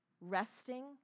resting